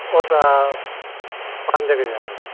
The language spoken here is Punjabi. ਉਹ ਤਾਂ ਪੰਜ ਕ ਹਜ਼ਾਰ ਜੀ